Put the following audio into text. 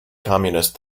communist